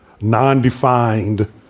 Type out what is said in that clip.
non-defined